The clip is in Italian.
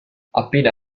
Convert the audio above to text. appena